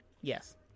yes